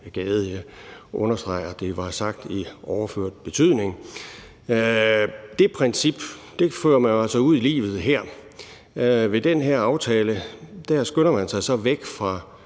jeg understreger, at det er sagt i overført betydning. Det princip fører man altså ud i livet her. Ved den her aftale skynder man sig væk fra